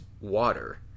water